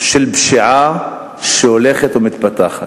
של פשיעה שהולכת ומתפתחת.